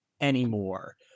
anymore